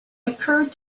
occurred